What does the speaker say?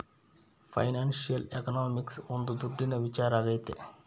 financial economics ಒಂದ್ ದುಡ್ಡಿನ ವಿಚಾರ ಆಗೈತೆ